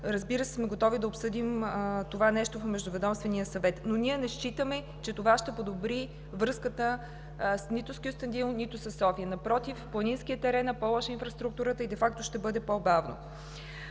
разбира се, сме готови да обсъдим това нещо в Междуведомствения съвет, но ние не считаме, че това ще подобри връзката с Кюстендил и със София. Напротив, планинският терен е с по-лоша инфраструктура и де факто ще бъде по-бавно.